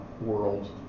world